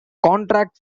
contract